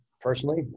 personally